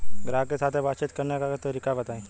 ग्राहक के साथ बातचीत करने का तरीका बताई?